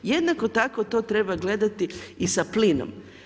Jednako to tako treba gledati i sa plinom.